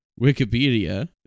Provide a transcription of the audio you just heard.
Wikipedia